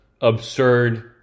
absurd